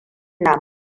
na